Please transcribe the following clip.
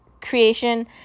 Creation